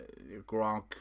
Gronk